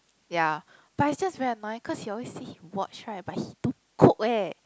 ya but it's just very annoying cause you always see he watch right but he don't cook eh